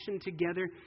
together